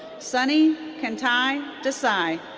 sunny kanti desai.